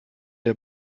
der